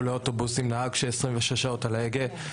לאוטובוס עם נהג שנמצא 26 שעות על ההגה,